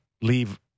leave